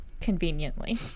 conveniently